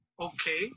Okay